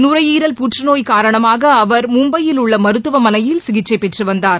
நுரையீரல் புற்றுநோய் காரணமாக அவர் மும்பையில் உள்ள மருத்துவமனையில் சிகிச்சை பெற்றுவந்தார்